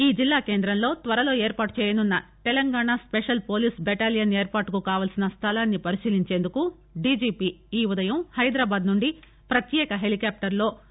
ఈ జిల్లా కేంద్రంలో త్వరలో ఏర్పాటు చేయనున్న తెలంగాణ స్పెషల్ పోలీస్ బెటాలియన్ ఏర్పాటుకు కావలసిన స్లలాన్ని పరిశీలించేందుకు డిజిపి ఈ ఉదయం హైదరాబాద్ నుండి ప్రత్యేక హెలికాప్లర్లో ములుగు చేరుకున్నారు